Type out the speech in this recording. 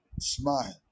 smile